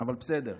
אבל בסדר,